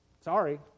sorry